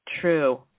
True